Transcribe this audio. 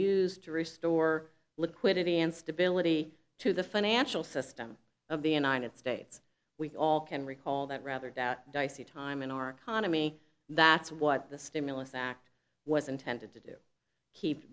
to restore liquidity and stability to the financial system of the united states we all can recall that rather doubt dicey time in our economy that's what the stimulus act was intended to do keep